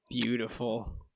Beautiful